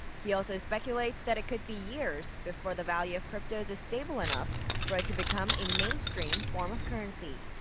he also speculates that it could be years before the value of cryptos is stable enough for it to become a mainstream form of currency.